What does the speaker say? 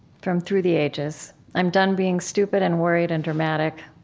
from through the ages i'm done being stupid and worried and dramatic.